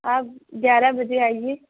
آپ گیارہ بجے آئیے